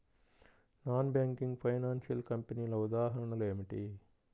Non banking financial కంపెనీల ఉదాహరణలు ఏమిటి?